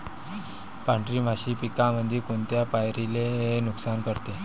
पांढरी माशी पिकामंदी कोनत्या पायरीले नुकसान करते?